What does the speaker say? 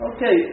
Okay